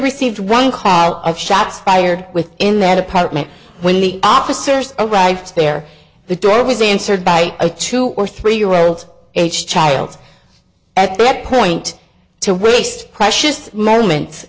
received one count of shots fired within that apartment when the officers arrived there the door was answered by a two or three year old a child at that point to waste precious moments